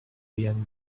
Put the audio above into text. young